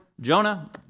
Jonah